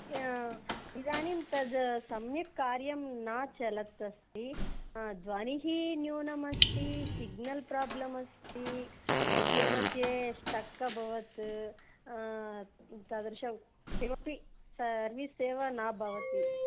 इदानीं तत् सम्यक् कार्यं न चलत् अस्ति ध्वनिः न्यूनमस्ति सिग्नल् प्राब्लम् अस्ति मध्ये मध्ये स्टक् अभवत् तादृशं किमपि सर्विस् एव न भवति